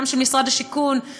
גם של משרד השיכון,